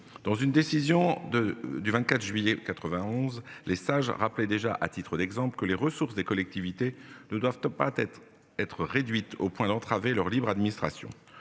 Dans une décision de du 24 juillet 91 les rappelait déjà à titre d'exemple, que les ressources des collectivités ne doivent pas être être réduite au point d'entraver leur libre administration